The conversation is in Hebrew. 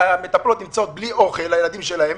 המטפלות נמצאות בלי אוכל לילדים שלהן,